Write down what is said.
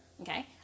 okay